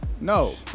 No